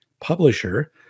publisher